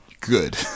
good